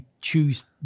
choose